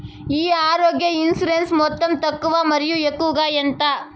ఈ ఆరోగ్య ఇన్సూరెన్సు మొత్తం తక్కువ మరియు ఎక్కువగా ఎంత?